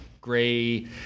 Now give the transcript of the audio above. gray